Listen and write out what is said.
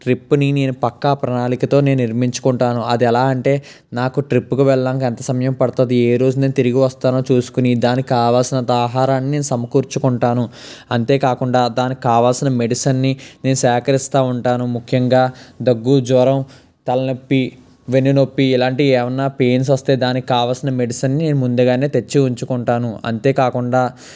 ట్రిప్ని నేను పక్కా ప్రణాళికతో నేను నిర్మించుకుంటాను అది ఎలా అంటే నాకు ట్రిప్ని వెళ్ళడానికి ఎంత సమయం పడుతుంది ఏ రోజు నేను తిరిగి వస్తానో చూసుకుని దానికి కావాల్సినంత ఆహారాన్ని సమకూర్చుకుంటాను అంతేకాకుండా దానికి కావాల్సిన మెడిసిన్ని నేను సేకరిస్తా ఉంటాను ముఖ్యంగా దగ్గు జ్వరం తలనొప్పి వెన్నునొప్పి ఇలాంటివి ఏమన్నా పెయిన్స్ వస్తే దానికి కావాల్సిన మెడిసిన్ నేను ముందుగానే తెచ్చి ఉంచుకుంటాను అంతేకాకుండా